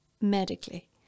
medically